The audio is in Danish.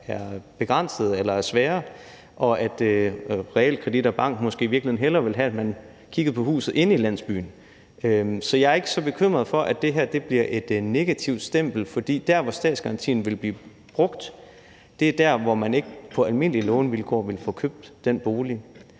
er begrænsede eller er svære, og hvor realkreditinstituttet og banken måske i virkeligheden hellere ville have, at man kiggede på huset inde i landsbyen. Så jeg er ikke så bekymret for, at det her bliver et negativt stempel, for der, hvor statsgarantien vil blive brugt, er der, hvor man ikke på almindelige lånevilkår ville få købt den bolig.